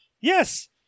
Yes